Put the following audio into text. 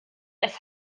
des